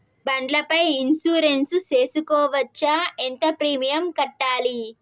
బండ్ల పై ఇన్సూరెన్సు సేసుకోవచ్చా? ఎంత ప్రీమియం కట్టాలి?